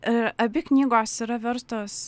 ir abi knygos yra verstos